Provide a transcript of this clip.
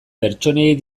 pertsonei